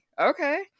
okay